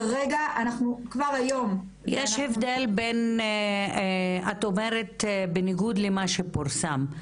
כבר היום אנחנו --- יש הבדל את אומרת בניגוד למה שפורסם.